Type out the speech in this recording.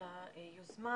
על היוזמה,